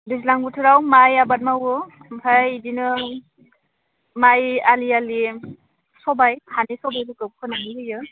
दैज्लां बोथोराव माइ आबाद मावो ओमफ्राय इदिनो माइ आलि आलि सबाइ हानि सबाइफोरखौ फोनानै होयो